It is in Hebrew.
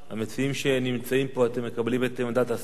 אתם מקבלים את עמדת השר להעביר את הנושא לדיון בוועדת הבריאות?